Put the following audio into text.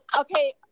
okay